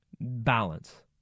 Balance